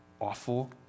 awful